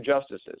justices